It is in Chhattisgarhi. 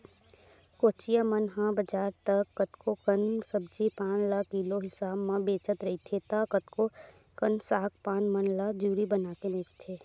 कोचिया मन ह बजार त कतको कन सब्जी पान ल किलो हिसाब म बेचत रहिथे त कतको कन साग पान मन ल जूरी बनाके बेंचथे